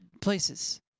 places